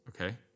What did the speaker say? okay